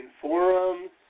forums